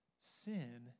sin